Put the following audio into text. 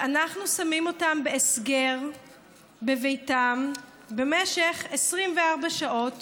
שאנחנו שמים אותם בהסגר בביתם במשך 24 שעות